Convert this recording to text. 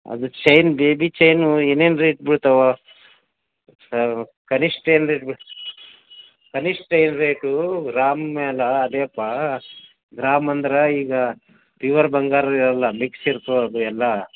ಅದು chain baby chain ಏನೇನು rate ಬೀಳ್ತವೆ ಸ ಕನಿಷ್ಠ ಏನು ರೇಟ್ ಬಿ ಕನಿಷ್ಠ ಏನು ರೇಟು ರಾಮ್ ಮೇಲೆ ಅದೇಯಪ್ಪ ಗ್ರಾಮ್ ಅಂದ್ರೆ ಈಗ ಪ್ಯುವರ್ ಬಂಗಾರಿರೋಲ್ಲ ಮಿಕ್ಸ್ ಇರ್ತಾವದು ಎಲ್ಲ